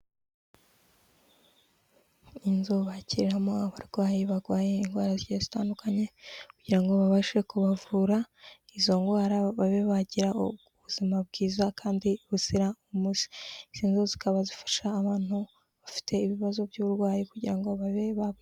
Inzu bakirariramo abarwayi barwaye indwara zigiye zitandukanye kugira ngo babashe kubavura izo ndwara babe bagira ubuzima bwiza kandi buzira umuze, izi zo zikaba zifasha abantu bafite ibibazo by'uburwayi kugira ngo babe ba.